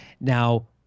Now